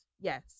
yes